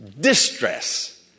distress